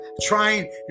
trying